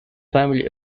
family